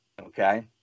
Okay